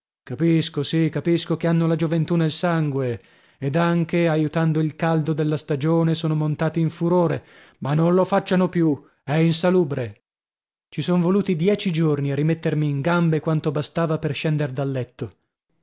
capisco sì capisco che hanno la gioventù nel sangue ed anche aiutando il caldo della stagione sono montati in furore ma non lo facciano più è insalubre ci son voluti dieci giorni a rimettermi in gambe quanto bastava per scender da letto